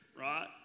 Right